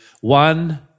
one